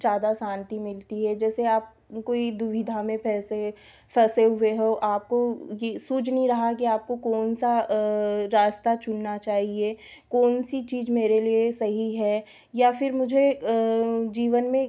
ज़्यादा शांति मिलती है जैसे आप कोई दुविधा में फँसे फँसे हुए हो आपको यह सूझ नहीं रहा कि आपको कौन सा रास्ता चुनना चाहिए कौन सी चीज़ मेरे लिए सही है या फिर मुझे जीवन में